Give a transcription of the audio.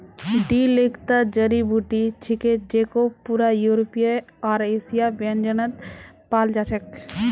dill एकता जड़ी बूटी छिके जेको पूरा यूरोपीय आर एशियाई व्यंजनत पाल जा छेक